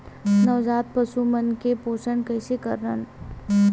नवजात पशु मन के पोषण कइसे करन?